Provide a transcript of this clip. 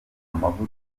amavuta